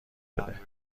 بده